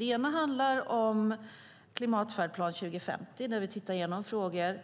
Den ena handlar om Klimatfärdplan 2050 där vi tittar igenom frågor